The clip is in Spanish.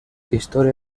historia